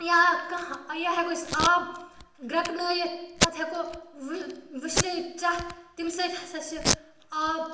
یا کانہہ یا ہیکو أسۍ سُہ آب گرٮ۪کنٲیِتھ پَتہٕ ہیکو وٕ وٕشنٲیِتھ چَتھ تَمہِ سۭتۍ ہَسا چھِ آب